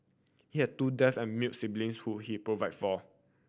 he has two deaf and mute siblings who he provide for